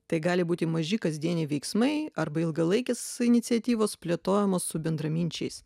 tai gali būti maži kasdieniai veiksmai arba ilgalaikis iniciatyvos plėtojimas su bendraminčiais